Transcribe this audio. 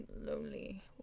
lonely